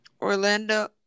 Orlando